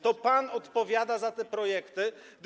To pan odpowiada za te projekty.